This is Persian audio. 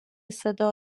صدا